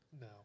No